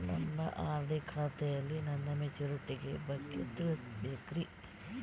ನನ್ನ ಆರ್.ಡಿ ಖಾತೆಯಲ್ಲಿ ನನ್ನ ಮೆಚುರಿಟಿ ಬಗ್ಗೆ ತಿಳಿಬೇಕ್ರಿ